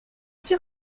sûr